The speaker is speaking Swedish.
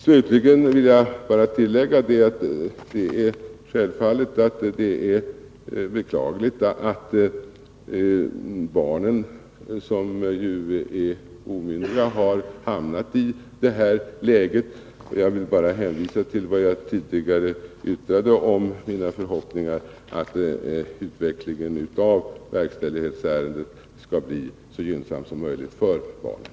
Slutligen vill jag tillägga att det är självfallet beklagligt att barnen, som ju är omyndiga, har hamnat i det här läget. Jag vill bara hänvisa till vad jag tidigare yttrade om mina förhoppningar att utvecklingen av verkställighetsärendet skall bli så gynnsam som möjligt för barnen.